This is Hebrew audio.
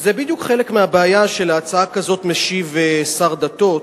שזה בדיוק חלק מהבעיה שעל הצעה כזאת משיב שר הדתות.